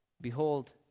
Behold